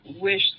wish